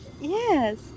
Yes